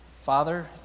Father